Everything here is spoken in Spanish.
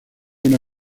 una